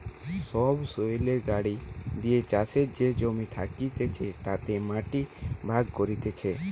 সবসৈলের গাড়ি দিয়ে চাষের যে জমি থাকতিছে তাতে মাটি ভাগ করতিছে